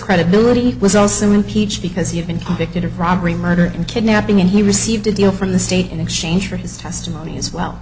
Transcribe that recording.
credibility was also impeached because you've been convicted of robbery murder and kidnapping and he received a deal from the state in exchange for his testimony as well